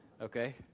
Okay